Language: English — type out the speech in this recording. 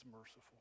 merciful